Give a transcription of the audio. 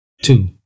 two